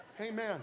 Amen